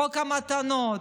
חוק המתנות,